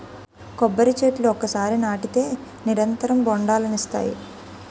కొబ్బరి చెట్లు ఒకసారి నాటితే నిరంతరం బొండాలనిస్తాయి